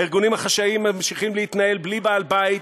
הארגונים החשאיים ממשיכים להתנהל בלי בעל-בית,